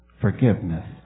forgiveness